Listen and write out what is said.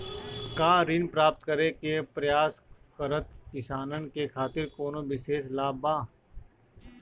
का ऋण प्राप्त करे के प्रयास करत किसानन के खातिर कोनो विशेष लाभ बा